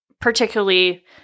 Particularly